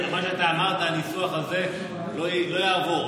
מה שאתה אמרת, הניסוח הזה, לא יעבור.